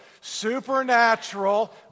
Supernatural